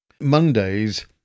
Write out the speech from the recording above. Mondays